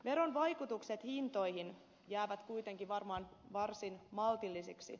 veron vaikutukset hintoihin jäävät kuitenkin varmaan varsin maltillisiksi